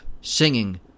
singing